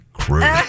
crew